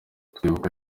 twibuka